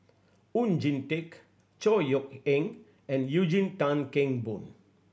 Oon Jin Teik Chor Yeok Eng and Eugene Tan Kheng Boon